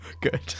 Good